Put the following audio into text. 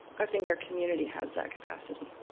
i think our community has that capacity.